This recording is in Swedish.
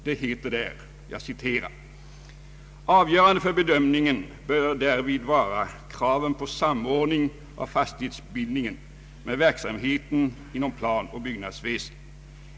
Han anför följande: ”Avgörande för bedömningen bör därvid vara kraven på samordning av fastighetsbildningen med verksamheten inom planoch byggnadsväsendet.